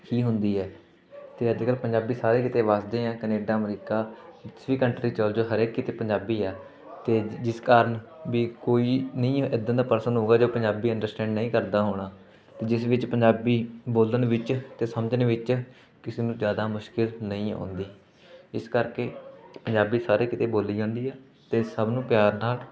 ਹੀ ਹੁੰਦੀ ਹੈ ਅਤੇ ਅੱਜ ਕਲ੍ਹ ਪੰਜਾਬੀ ਸਾਰੇ ਕਿਤੇ ਵੱਸਦੇ ਹੈ ਕੈਨੇਡਾ ਅਮਰੀਕਾ ਕਿਸੇ ਵੀ ਕੰਟਰੀ ਚੱਲ ਜਾਓ ਸਾਰੇ ਕਿਤੇ ਪੰਜਾਬੀ ਆ ਅਤੇ ਜਿਸ ਕਾਰਨ ਵੀ ਕੋਈ ਨਹੀਂ ਇੱਦਾਂ ਦਾ ਪਰਸਨ ਹੋਉਗਾ ਜੋ ਪੰਜਾਬੀ ਅੰਡਰਸਟੈਂਡ ਨਹੀਂ ਕਰਦਾ ਹੋਣਾ ਜਿਸ ਵਿੱਚ ਪੰਜਾਬੀ ਬੋਲਣ ਵਿੱਚ ਅਤੇ ਸਮਝਣ ਵਿੱਚ ਕਿਸੇ ਨੂੰ ਜ਼ਿਆਦਾ ਮੁਸ਼ਕਿਲ ਨਹੀਂ ਆਉਂਦੀ ਇਸ ਕਰਕੇ ਪੰਜਾਬੀ ਸਾਰੇ ਕਿਤੇ ਬੋਲੀ ਜਾਂਦੀ ਆ ਅਤੇ ਸਭ ਨੂੰ ਪਿਆਰ ਨਾਲ